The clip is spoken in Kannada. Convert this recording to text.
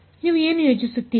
ನೀವು ಏನು ಯೋಚಿಸುತ್ತೀರಿ